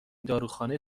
داروخانه